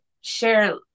share